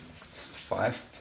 five